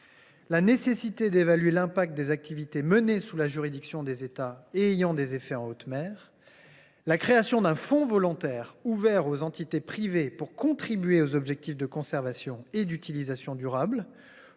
la nécessité d’évaluer les répercussions des activités menées sous la juridiction des États et ayant des effets en haute mer, la création d’un fonds volontaire ouvert aux entités privées pour contribuer aux objectifs de conservation et d’utilisation durable,